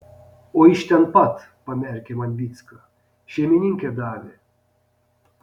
o iš ten pat pamerkė man vycka šeimininkė davė